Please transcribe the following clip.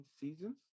seasons